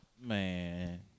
Man